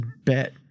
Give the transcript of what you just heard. bet